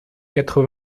quatre